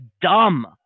dumb